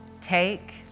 take